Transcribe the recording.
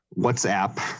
WhatsApp